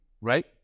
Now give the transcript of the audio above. right